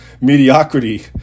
mediocrity